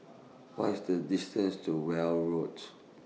What IS The distance to Weld Road